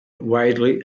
widely